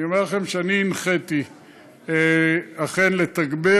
אני אומר לכם שאני הנחיתי אכן לתגבר,